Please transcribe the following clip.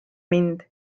mind